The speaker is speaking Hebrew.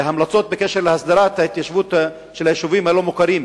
המלצות בקשר להסדרת ההתיישבות של היישובים הלא-מוכרים